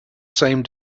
same